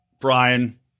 Brian